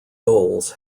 goals